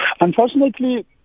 Unfortunately